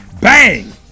bang